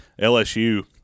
LSU